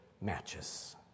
matches